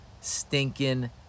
stinking